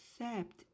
accept